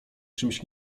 czymś